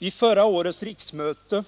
Vid förra årets riksmöte